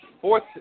fourth